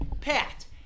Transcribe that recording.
Pat